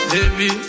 Baby